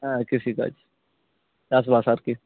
ᱦᱮᱸ ᱠᱤᱥᱤ ᱠᱟᱡᱽ ᱪᱟᱥ ᱵᱟᱥ ᱟᱨᱠᱤ